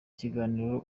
ikinamico